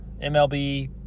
MLB